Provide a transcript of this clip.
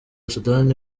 sudani